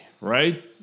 right